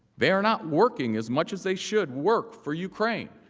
they are not working as much as they should work for ukraine.